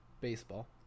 baseball